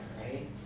right